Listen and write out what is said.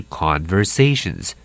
conversations